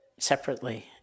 separately